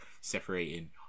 separating